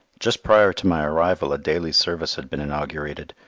just prior to my arrival a daily service had been inaugurated.